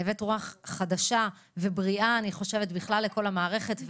הבאת רוח חדשה ובריאה לכל המערכת,